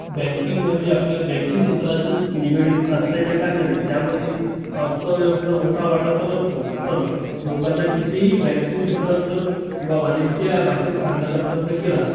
banking म्हणजे आपल्या banking क्षेत्राशी निगडीत असल्याच्या कारणाने त्यामध्ये अर्थव्यवस्थेचा मोठा वाटा तर असतोच पण लोकांना कितीही बँकिंग क्षेत्रात जर किंवा वाणिज्य भाषेत सांगण्याचा प्रयत्न केला